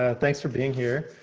ah thanks for being here.